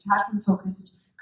attachment-focused